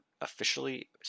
officially